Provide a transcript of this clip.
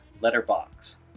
letterbox